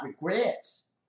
regrets